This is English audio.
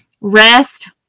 rest